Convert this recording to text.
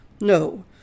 No